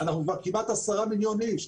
אנחנו כבר כמעט 10 מיליון איש.